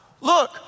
look